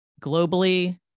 globally